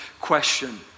question